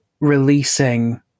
Releasing